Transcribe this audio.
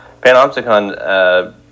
Panopticon